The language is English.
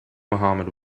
mohammad